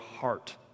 heart